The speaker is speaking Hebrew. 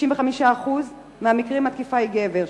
ב-95% מהמקרים התקיפה היא של גבר.